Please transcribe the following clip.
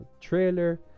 trailer